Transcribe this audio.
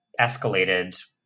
escalated